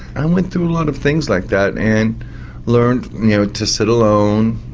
i went through a lot of things like that and learned to sit alone.